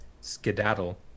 skedaddle